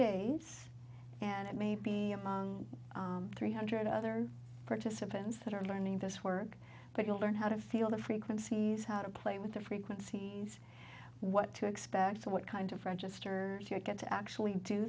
days and it may be among three hundred other participants that are learning this work but you learn how to feel the frequencies how to play with the frequency what to expect what kind of register your get to actually do